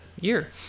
year